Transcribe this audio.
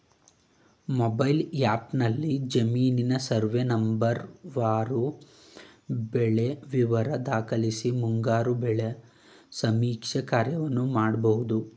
mobile ಆ್ಯಪ್ನಲ್ಲಿ ಜಮೀನಿನ survey ನಂಬರ್ವಾರು ಬೆಳೆ ವಿವರ ದಾಖಲಿಸಿ ಮುಂಗಾರು ಬೆಳೆ ಸಮೀಕ್ಷೆ ಕಾರ್ಯವನ್ನು ಮಾಡ್ಬೋದು